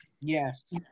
Yes